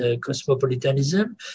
cosmopolitanism